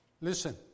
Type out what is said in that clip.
Listen